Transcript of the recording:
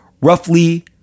roughly